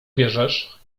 bierzesz